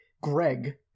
Greg